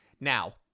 Now